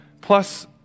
Plus